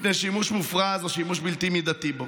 מפני שימוש מופרז או שימוש בלתי מידתי בו.